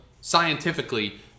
scientifically